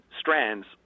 strands